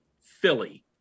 Philly